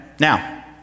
Now